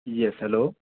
yes hello